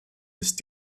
ist